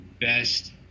best